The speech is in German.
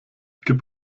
gib